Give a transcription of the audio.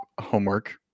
homework